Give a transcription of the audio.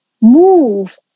move